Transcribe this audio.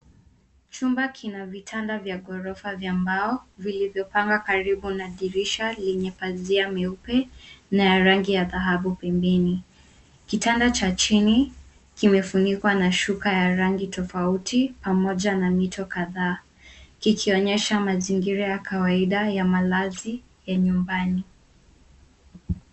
Chumba kina vitanda vya ghorofa vya mbao vilivyopangwa karibu na dirisha lenye pazia meupe na ya rangi ya dhahabu pembeni. Kitanda cha chini kimefunikwa na shuka ya rangi tofauti pamoja na mito kadhaa kikionyesha mazingira ya kawaida ya malazi ya nyumbani.